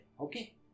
Okay